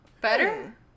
better